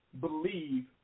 believe